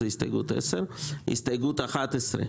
זה הסתייגות 10. הסתייגות 11,